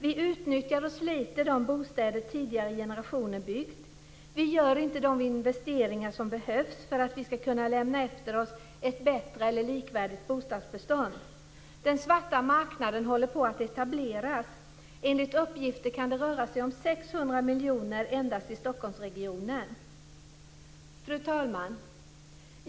Vi utnyttjar och sliter de bostäder som tidigare generationer har byggt. Vi gör inte de investeringar som behövs för att vi ska kunna lämna efter oss ett bättre eller likvärdigt bostadsbestånd. Den svarta marknaden håller på att etableras. Enligt uppgifter kan det röra sig om 600 miljoner endast i Stockholmsregionen. Fru talman!